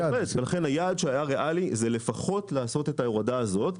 היעד שהיה ריאלי הוא לפחות לעשות את ההורדה הזאת.